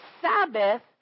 Sabbath